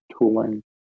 tooling